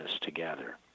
together